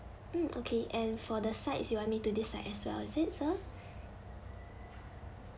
mm okay and for the sides you want me to decide as well is it sir